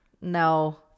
No